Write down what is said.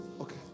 Okay